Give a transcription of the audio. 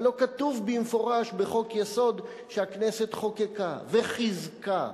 הלוא כתוב במפורש בחוק-יסוד שהכנסת חוקקה וחיזקה,